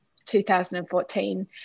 2014